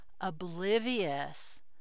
oblivious